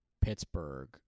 Pittsburgh